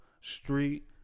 street